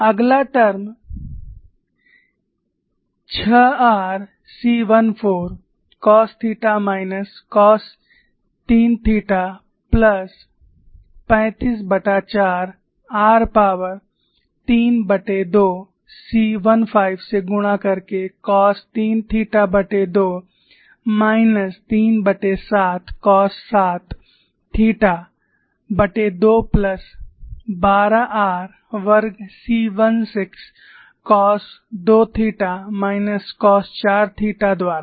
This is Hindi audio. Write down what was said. अगला term 6 r c14 cos theta minus cos 3 theta plus 354 r power 32 c15 से गुणा करके कॉस 3 थीटा2 माइनस 37 कॉस 7 थीटा2 प्लस 12 r वर्ग c16 cos 2 theta minus cos 4 theta द्वारा